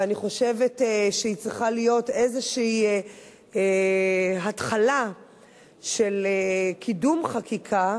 ואני חושבת שהיא צריכה להיות איזושהי התחלה של קידום חקיקה,